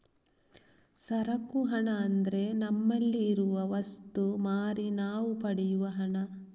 ಸರಕು ಹಣ ಅಂದ್ರೆ ನಮ್ಮಲ್ಲಿ ಇರುವ ವಸ್ತು ಮಾರಿ ನಾವು ಪಡೆಯುವ ಹಣ